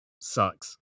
sucks